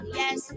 yes